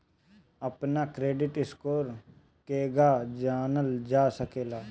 अपना credit score केगा जानल जा सकेला?